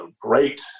great